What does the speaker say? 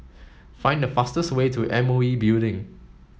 find the fastest way to M O E Building